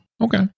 Okay